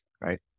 right